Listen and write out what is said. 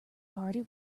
party